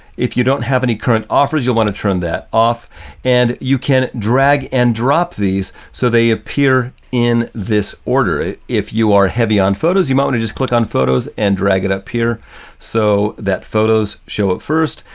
if you don't have any current offers, you'll want to turn that off and you can drag and drop these so they appear in this order. if you are heavy on photos, you might want to just click on photos and drag it up here so that photos show up first.